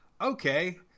okay